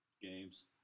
Games